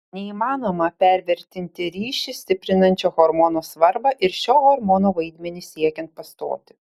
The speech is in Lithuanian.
neįmanoma pervertinti ryšį stiprinančio hormono svarbą ir šio hormono vaidmenį siekiant pastoti